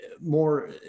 more